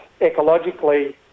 ecologically